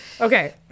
Okay